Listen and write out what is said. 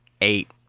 eight